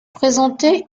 présenter